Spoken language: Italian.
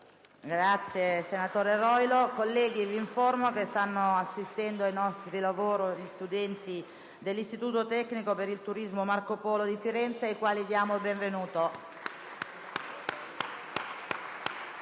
finestra"). Colleghi, vi informo che stanno assistendo ai nostri lavori gli studenti dell'Istituto tecnico per il turismo «Marco Polo» di Firenze, ai quali diamo il benvenuto.